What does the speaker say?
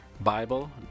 Bible